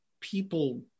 People